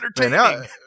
entertaining